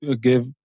give